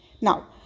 Now